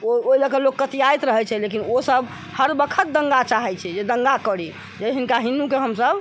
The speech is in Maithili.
ओहि लऽ कए लोक कतियाइत रहै छै लेकिन ओसब हर बखत दंगा चाहै छै जे दंगा करी जे हिनका हिन्दू के हमसब